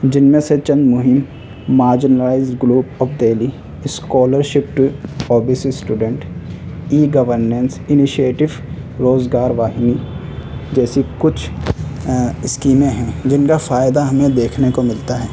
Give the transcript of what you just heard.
جن میں سے چند مہم marginalise globe of Delhi scholarship to O B C student e governance initiative Rozgar Vahini جیسی کچھ اسکیمیں ہیں جن کا فائدہ ہمیں دیکھنے کو ملتا ہے